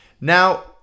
Now